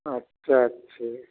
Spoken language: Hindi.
अच्छा अच्छा